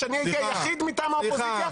כשאני הייתי היחיד מטעם האופוזיציה,